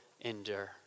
endure